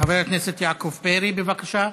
חבר הכנסת יעקב פרי, בבקשה.